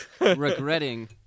Regretting